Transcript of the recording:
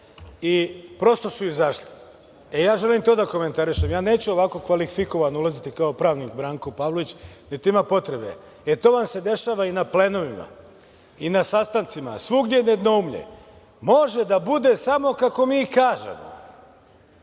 i prosto su izašle. E, ja želim to da komentarišem, ja neću ovako kvalifikovan ulaziti kao pravnik Branko Pavlović niti ima potrebe, e to vam se dešava i na plenovima i na sastancima, svuda gde je jednoumlje može da bude samo kako mi kažemo